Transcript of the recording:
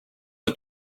the